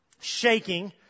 shaking